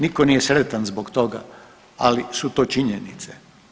Niko nije sretan zbog toga, ali su to činjenice.